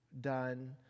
done